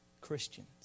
Christians